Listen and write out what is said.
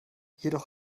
jedoch